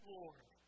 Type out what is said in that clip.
Lord